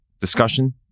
discussion